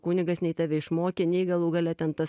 kunigas nei tave išmokė nei galų gale ten tas